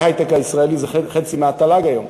ההיי-טק הישראלי זה חצי מהתל"ג היום.